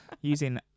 using